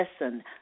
listen